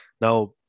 Now